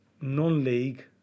non-league